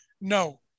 No